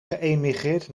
geëmigreerd